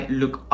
look